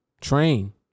Train